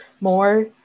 more